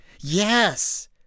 yes